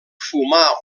fumar